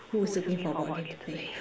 who is looking for board games to play